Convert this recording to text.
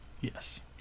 Yes